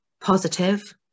Positive